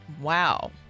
wow